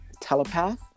telepath